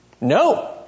No